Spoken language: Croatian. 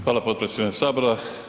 Hvala potpredsjedniče sabora.